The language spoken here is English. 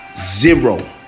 zero